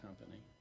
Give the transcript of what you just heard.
company